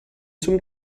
zum